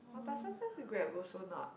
!wah! but sometimes grab also not